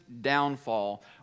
downfall